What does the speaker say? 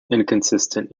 inconsistent